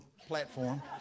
Platform